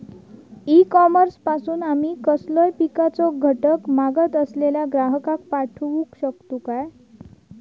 E commerce पासून आमी कसलोय पिकाचो घटक मागत असलेल्या ग्राहकाक पाठउक शकतू काय?